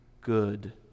good